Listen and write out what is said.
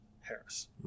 Harris